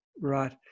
Right